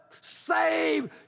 save